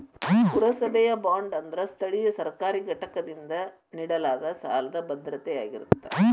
ಪುರಸಭೆಯ ಬಾಂಡ್ ಅಂದ್ರ ಸ್ಥಳೇಯ ಸರ್ಕಾರಿ ಘಟಕದಿಂದ ನೇಡಲಾದ ಸಾಲದ್ ಭದ್ರತೆಯಾಗಿರತ್ತ